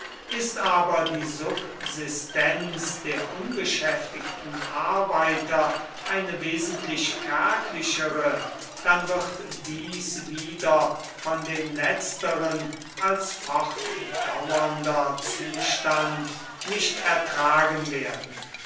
ist aber die subsistenz der unbeschäftigten arbeiter eine wesentlich kärglichere dann wird dies wieder von den letzteren als fortdauernder zustand nicht ertragen werden